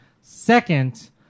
second